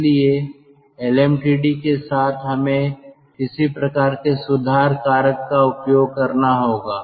इसलिए LMTD के साथ हमें किसी प्रकार के सुधार कारक का उपयोग करना होगा